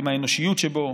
עם האנושיות שבו,